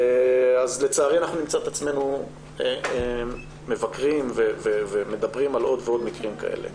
אז לצערי אנחנו נמצא את עצמנו מבקרים ומדברים על עוד ועוד מקרים כאלה.